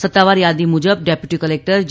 સત્તાવાર યાદી મુજબ ડેપ્યુટી કલેકટર જે